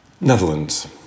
Netherlands